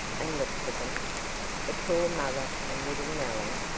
and look for them the poor mother and little nellie!